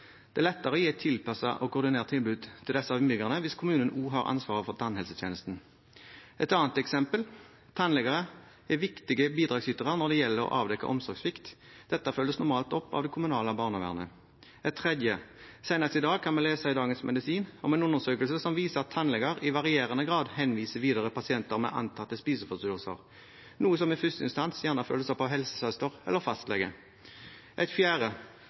Det er lettere å gi et tilpasset og koordinert tilbud til disse innbyggerne hvis kommunen også har ansvaret for tannhelsetjenesten. Et annet eksempel: Tannleger er viktige bidragsytere når det gjelder å avdekke omsorgssvikt. Dette følges normalt opp av det kommunale barnevernet. Et tredje eksempel: Senest i dag kan vi lese i Dagens Medisin om en undersøkelse som viser at tannleger i varierende grad henviser videre pasienter med antatte spiseforstyrrelser, noe som i første instans gjerne følges opp av helsesøster eller fastlege. Et fjerde